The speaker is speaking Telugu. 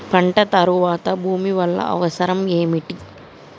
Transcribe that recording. పంట తర్వాత భూమి వల్ల అవసరం ఏమిటి?